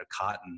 cotton